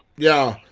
yeah,